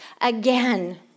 again